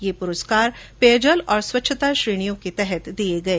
ये पुरस्कार पेयजल और स्वच्छता श्रेणियों के अंतर्गत दिए गये